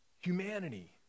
humanity